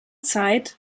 zeit